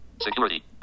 Security